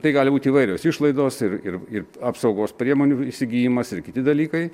tai gali būti įvairios išlaidos ir ir ir apsaugos priemonių įsigijimas ir kiti dalykai